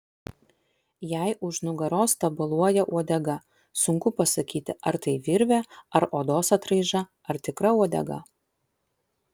jai už nugaros tabaluoja uodega sunku pasakyti ar tai virvė ar odos atraiža ar tikra uodega